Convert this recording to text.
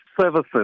services